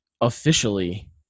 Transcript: officially